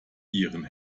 ihren